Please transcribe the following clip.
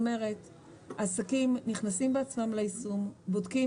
עסקים נכנסים בעצמם ליישום ובודקים.